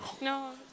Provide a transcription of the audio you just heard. No